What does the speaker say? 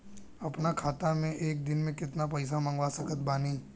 अपना खाता मे एक दिन मे केतना पईसा मँगवा सकत बानी?